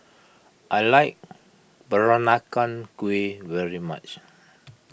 I like Peranakan Kueh very much